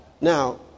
Now